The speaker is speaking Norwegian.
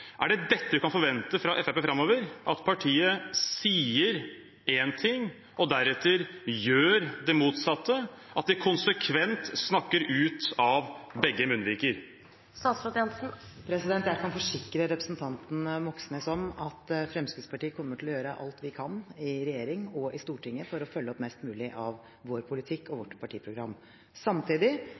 Er det dette vi kan forvente fra Fremskrittspartiet framover, at partiet sier én ting og deretter gjør det motsatte, og at de konsekvent snakker ut av begge munnvikene? Jeg kan forsikre representanten Moxnes om at Fremskrittspartiet kommer til å gjøre alt vi kan, i regjering og i Stortinget, for å følge opp mest mulig av vår politikk og vårt partiprogram. Samtidig